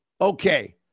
Okay